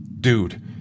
Dude